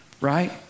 right